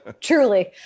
Truly